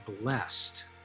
blessed